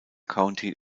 county